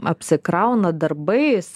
apsikrauna darbais